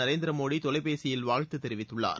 நரேந்திர மோடிதொலைபேசியில் வாழ்த்துத் தெரிவித்துள்ளார்